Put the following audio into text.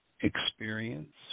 experience